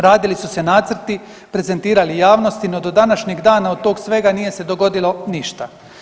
Radili su se nacrti, prezentirali javnosti no do današnjeg dana od tog svega nije se dogodilo ništa.